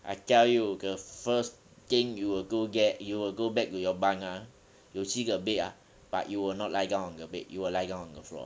I tell you the first thing you will go get you will go back to your bunk ah you will see the bed ah but you will not lie down on the bed you will lie down on the floor